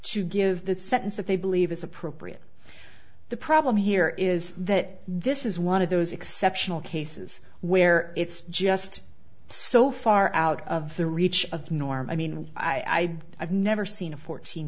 to give that sentence that they believe is appropriate the problem here is that this is one of those exceptional cases where it's just so far out of the reach of the norm i mean i have never seen a fourteen